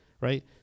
Right